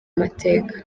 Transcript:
mateka